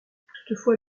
toutefois